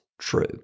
True